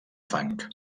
fang